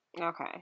okay